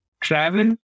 travel